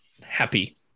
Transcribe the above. happy